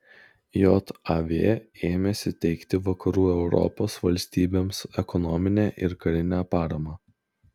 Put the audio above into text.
jav ėmėsi teikti vakarų europos valstybėms ekonominę ir karinę paramą